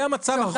זה המצב החוקי.